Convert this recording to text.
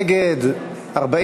נגד,